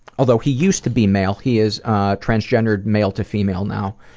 although he used to be male, he is transgendered male to female now.